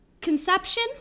conception